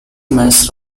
match